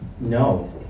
no